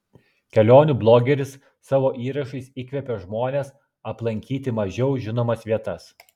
kelionių blogeris savo įrašais įkvepia žmones aplankyti mažiau žinomas vietas